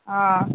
ओ